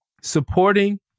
supporting